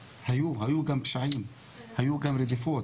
היו, היו גם פשעים, היו גם רדיפות,